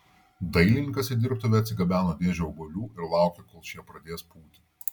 dailininkas į dirbtuvę atsigabeno dėžę obuolių ir laukė kol šie pradės pūti